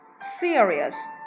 serious